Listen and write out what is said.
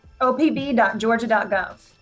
opb.georgia.gov